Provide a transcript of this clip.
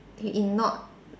he ignored